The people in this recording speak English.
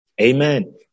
Amen